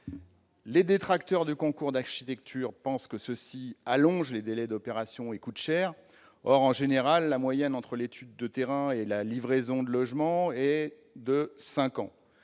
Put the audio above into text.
Les détracteurs du concours d'architecture pensent que cela allonge les délais d'opération et coûte cher. Or, en général, la moyenne entre l'étude de terrain et la livraison de logements est de cinq ans.